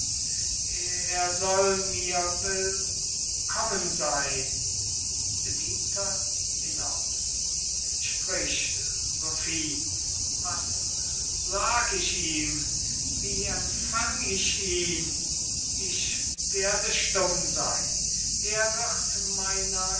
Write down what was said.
er soll mir willkommen sein bedienter hinaus sprich sophie was sag ich ihm wie empfang ich ihn ich werde stumm sein er wird meiner